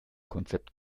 konzept